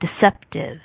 deceptive